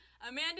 amanda